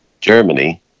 Germany